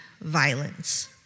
violence